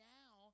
now